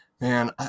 man